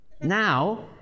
Now